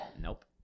Nope